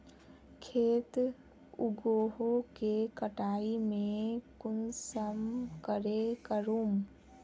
खेत उगोहो के कटाई में कुंसम करे करूम?